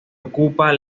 ocupa